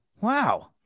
wow